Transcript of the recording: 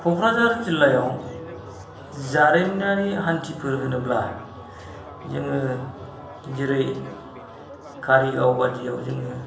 क'क्राझार जिल्लायाव जारिमिनारि हान्थिफोर होनोब्ला जोङो जेरै कारिगाव बादियाव जोङो